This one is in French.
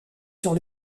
sur